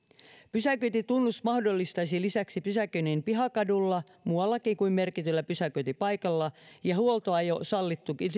pysäköintitunnus mahdollistaisi lisäksi pysäköinnin pihakadulla muuallakin kuin merkityllä pysäköintipaikalla ja huoltoajo sallittu